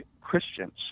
Christians